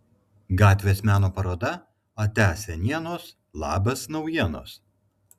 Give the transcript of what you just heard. gatvės meno paroda ate senienos labas naujienos